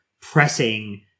pressing